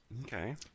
okay